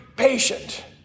patient